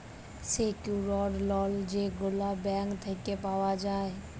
secured loan যেগলা bank থ্যাইকে পাউয়া যায়